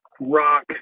rock